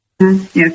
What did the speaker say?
Yes